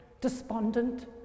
despondent